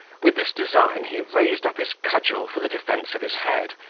with this design he raised up his cudgel for the defence of his head,